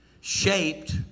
shaped